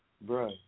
bro